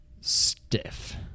stiff